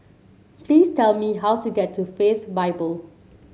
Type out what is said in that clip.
please tell me how to get to Faith Bible